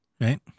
Right